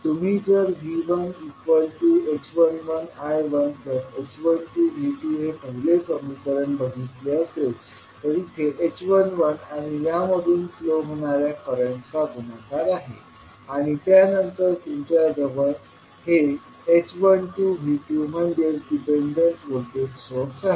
तुम्ही जर V1h11I1h12V2 हे पहिले समीकरण बघितले असेल तर इथे h11आणि यामधून फ्लो होणाऱ्या करंटचा गुणाकार आहे आणि त्यानंतर तुमच्याजवळ हे h12V2म्हणजे डिपेंडंट व्होल्टेज सोर्स आहे